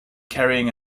carrying